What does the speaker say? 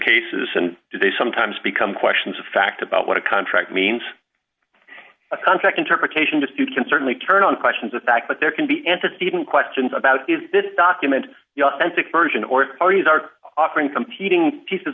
cases and do they sometimes become questions of fact about what a contract means a contract interpretation just you can certainly turn on questions of fact but there can be antecedent questions about is this document the authentic version or are these are offering competing pieces